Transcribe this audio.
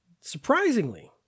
Surprisingly